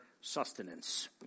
sustenance